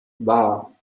wahr